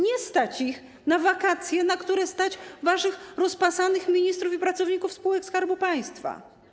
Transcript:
Nie stać ich na wakacje, na które stać waszych rozpasanych ministrów i pracowników spółek Skarbu Państwa.